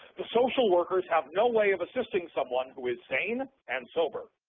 the social workers have no way of assisting someone who is sane and sober.